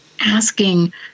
asking